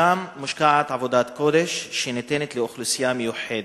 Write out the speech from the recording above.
שם מושקעת עבודת קודש, שניתנת לאוכלוסייה מיוחדת.